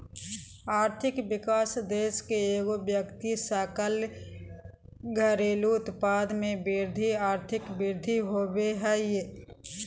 आर्थिक विकास देश के एगो व्यक्ति सकल घरेलू उत्पाद में वृद्धि आर्थिक वृद्धि होबो हइ